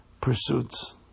pursuits